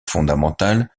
fondamentale